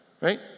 right